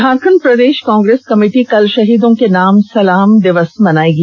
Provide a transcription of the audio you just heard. झारखंड प्रदेश कांग्रेस कमिटी कल शहीदों के नाम सलाम दिवस मनायेगी